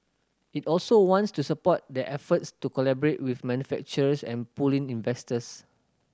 it also wants to support their efforts to collaborate with manufacturers and pull in investors